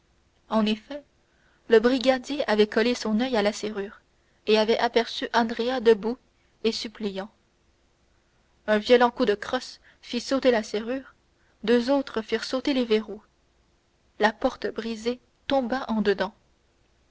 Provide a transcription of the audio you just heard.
en effet le brigadier avait collé son oeil à la serrure et avait aperçu andrea debout et suppliant un violent coup de crosse fit sauter la serrure deux autres firent sauter les verrous la porte brisée tomba en dedans